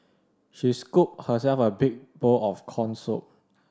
she scooped herself a big bowl of corn soup